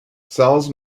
cells